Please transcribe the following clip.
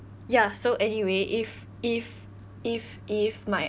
ya so anyway if if if if my